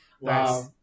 wow